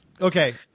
Okay